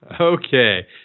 Okay